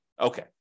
Okay